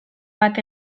bat